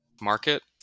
market